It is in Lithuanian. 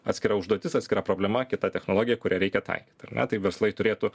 atskira užduotis atskira problema kita technologija kurią reikia taikyti ar ne tai verslai turėtų